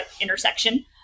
intersection